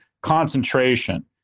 concentration